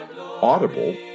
Audible